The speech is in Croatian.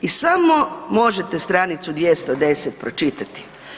I samo možete stranicu 210 pročitati.